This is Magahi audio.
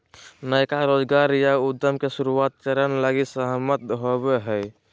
नयका रोजगार या उद्यम के शुरुआत चरण लगी सहमत होवो हइ